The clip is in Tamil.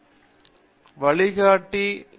விஸ்வநாதன் வழிகாட்டி எப்பொழுதும் இருக்க வேண்டும்